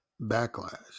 backlash